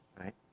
right